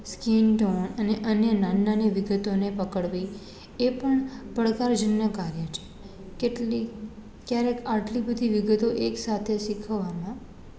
skin tone અને અન્ય નાની નાની વિગતોને પકડવી એ પણ પડકારજનક કાર્ય છે કેટલીક ક્યારેક આટલી બધી વિગતો એકસાથે શીખવામાં